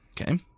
Okay